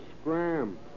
scram